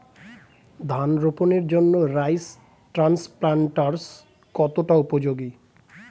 ধান রোপণের জন্য রাইস ট্রান্সপ্লান্টারস্ কতটা উপযোগী?